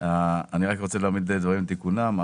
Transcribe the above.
אני רוצה להביא דברים לתיקונם.